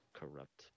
corrupt